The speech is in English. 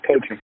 coaching